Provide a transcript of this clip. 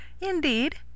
Indeed